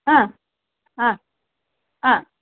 हा हा हा